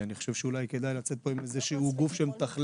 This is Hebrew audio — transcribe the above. אני חושב שאולי כדאי לצאת פה עם איזה שהוא גוף שמתכלל